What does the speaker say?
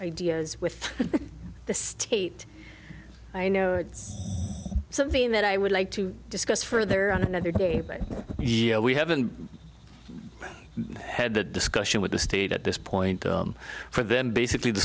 ideas with the state i know it's something that i would like to discuss further we haven't had that discussion with the state at this point for them basically the